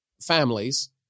families